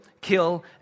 kill